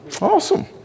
Awesome